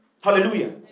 Hallelujah